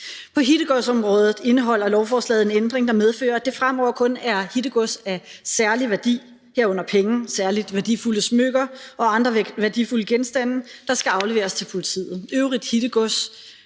På hittegodsområdet indeholder lovforslaget en ændring, der medfører, at det fremover kun er hittegods af særlig værdi, herunder penge, særlig værdifulde smykker og andre værdifulde genstande, der skal afleveres til politiet. Øvrigt hittegods